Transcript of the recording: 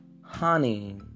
honey